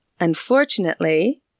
Unfortunately